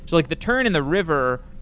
like the turn and the river,